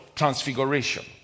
transfiguration